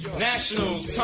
nationals,